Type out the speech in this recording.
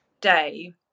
day